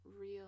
real